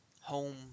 home